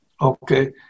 Okay